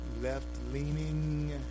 left-leaning